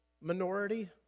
minority